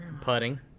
putting